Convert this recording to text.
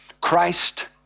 Christ